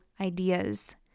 ideas